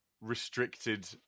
restricted